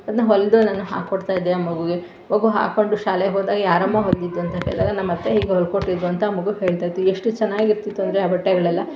ಅದನ್ನು ಹೊಲಿದು ನಾನು ಹಾಕೊಡ್ತಾಯಿದ್ದೆ ಆ ಮಗುವಿಗೆ ಮಗು ಹಾಕ್ಕೊಂಡು ಶಾಲೆಗೆ ಹೋದಾಗ ಯಾರಮ್ಮ ಹೊಲಿದಿದ್ದು ಅಂತ ಕೇಳಿದಾಗ ನಮ್ಮ ಅತ್ತೆ ಹೀಗೆ ಹೊಲ್ಕೊಟ್ಟಿದ್ದು ಅಂತ ಆ ಮಗು ಹೇಳ್ತಾಯಿತ್ತು ಎಷ್ಟು ಚೆನ್ನಾಗಿರ್ತಿತ್ತು ಅಂದರೆ ಆ ಬಟ್ಟೆಗಳೆಲ್ಲ